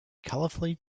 colorfully